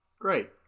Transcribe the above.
Great